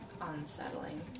unsettling